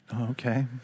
Okay